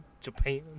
Japan